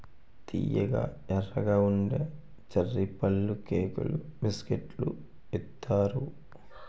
తియ్యగా ఎర్రగా ఉండే చర్రీ పళ్ళుకేకులు బిస్కట్లలో ఏత్తారు